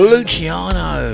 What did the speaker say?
Luciano